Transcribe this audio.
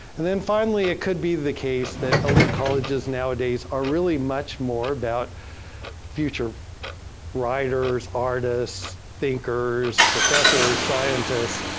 and then finally it could be the case that elite colleges nowadays are really much more about future writers, artists, thinkers, professors, scientists,